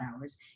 hours